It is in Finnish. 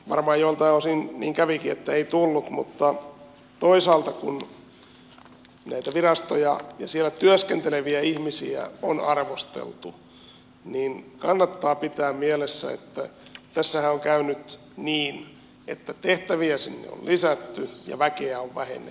varmaan joiltain osin niin kävikin että ei tullut mutta toisaalta kun näitä virastoja ja siellä työskenteleviä ihmisiä on arvosteltu niin kannattaa pitää mielessä että tässähän on käynyt niin että tehtäviä sinne on lisätty ja väkeä on vähennetty koko ajan